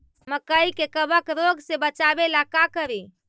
मकई के कबक रोग से बचाबे ला का करि?